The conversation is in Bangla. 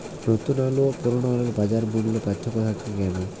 নতুন আলু ও পুরনো আলুর বাজার মূল্যে পার্থক্য থাকে কেন?